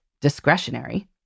discretionary